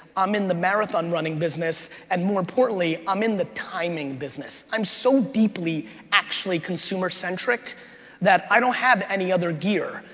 i'm in the marathon running business, and more importantly, i'm in the timing business. i'm so deeply actually consumer-centric that i don't have any other gear.